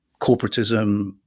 corporatism